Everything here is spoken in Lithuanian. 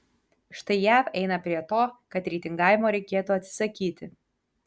štai jav eina prie to kad reitingavimo reikėtų atsisakyti